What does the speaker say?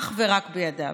אך ורק בידיו.